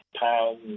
pounds